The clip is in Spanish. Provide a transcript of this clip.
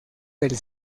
del